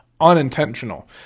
unintentional